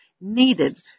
needed